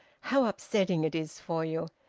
how upsetting it is for you!